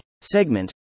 segment